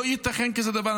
לא ייתכן כזה דבר.